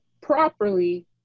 properly